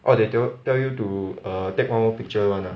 orh they don't tell you to err take one more picture [one] ah